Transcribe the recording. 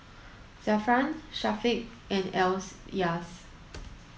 Zafran Syafiq and else